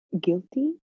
guilty